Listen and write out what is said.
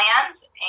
plans